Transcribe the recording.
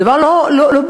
זה דבר לא ברור.